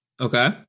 Okay